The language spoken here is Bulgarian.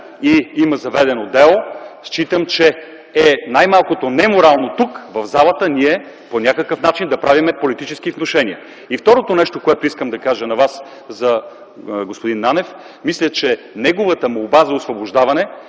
и има заведено дело, считам, че е най-малкото неморално тук, в залата, ние по някакъв начин да правим политически внушения. И второто нещо, което искам да кажа на Вас за господин Нанев – мисля, че неговата молба за освобождаване